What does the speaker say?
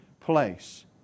place